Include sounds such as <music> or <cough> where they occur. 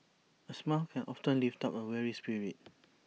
A smile can often lift up A weary spirit <noise>